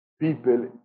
people